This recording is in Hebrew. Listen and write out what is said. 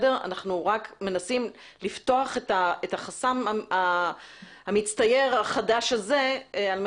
אנחנו רק מנסים לפתוח את החסם המצטייר החדש הזה כדי